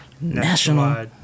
national